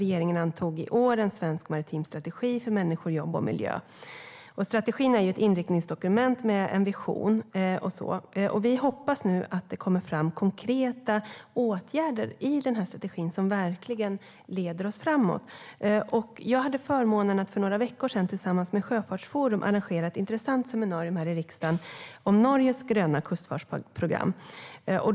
Regeringen antog i år En svensk maritim strategi - för människor, jobb och miljö . Strategin är ett inriktningsdokument med en vision. Vi hoppas nu att det kommer fram konkreta åtgärder i den här strategin som verkligen leder oss framåt. Jag hade förmånen att för några veckor sedan tillsammans med Sjöfartsforum arrangera ett intressant seminarium här i riksdagen om Norges gröna kustfartprogram.